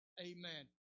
Amen